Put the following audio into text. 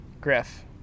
Griff